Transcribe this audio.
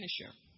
finisher